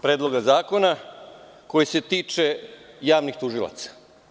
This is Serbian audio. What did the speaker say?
Predloga zakona, koji se tiče javnih tužilaca.